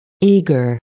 eager